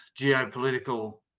geopolitical